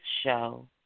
show